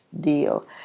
deal